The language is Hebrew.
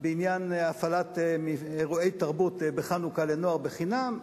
בעניין הפעלת אירועי תרבות בחנוכה לנוער בחינם,